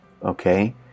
okay